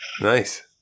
Nice